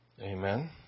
Amen